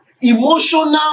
emotional